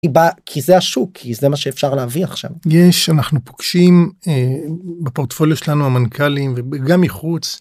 כי זה השוק זה מה שאפשר להביא עכשיו יש אנחנו פוגשים בפורטפוליו שלנו המנכלים וגם מחוץ.